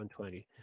120